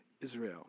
Israel